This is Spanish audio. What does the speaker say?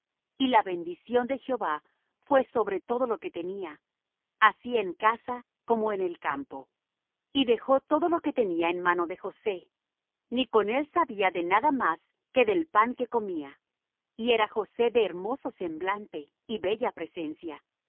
y la bendición de jehová fué sobre todo lo que tenía así en casa como en el campo y dejó todo lo que tenía en mano de josé ni con él sabía de nada más que del pan que comía y era josé de hermoso semblante y bella presencia